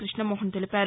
కృష్ణమోహన్ తెలిపారు